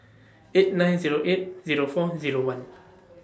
eight nine Zero eight Zero four Zero one